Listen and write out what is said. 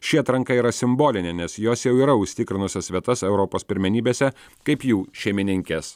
ši atranka yra simbolinė nes jos jau yra užsitikrinusios vietas europos pirmenybėse kaip jų šeimininkės